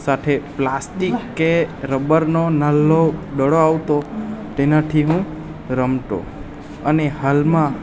સાથે પ્લાસ્ટિક કે રબરનો નલો દડો આવતો તેનાથી હું રમતો અને હાલમાં